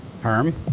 Herm